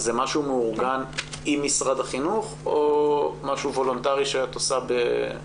זה משהו מאורגן עם משרד החינוך או משהו וולנטרי שאת עושה?